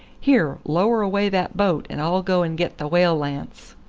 here, lower away that boat, and i'll go and get the whale lance.